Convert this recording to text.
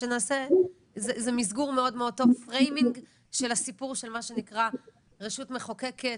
זה מסגור מאוד מאוד טוב של הסיפור של מה שנקרא רשות מחוקקת,